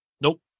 Nope